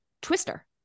Twister